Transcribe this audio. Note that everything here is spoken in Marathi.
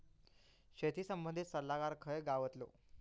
शेती संबंधित सल्लागार खय गावतलो?